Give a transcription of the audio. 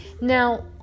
Now